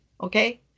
okay